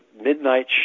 Midnight